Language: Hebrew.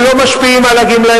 הם לא משפיעים על הגמלאים.